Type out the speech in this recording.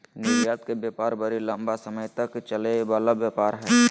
निर्यात के व्यापार बड़ी लम्बा समय तक चलय वला व्यापार हइ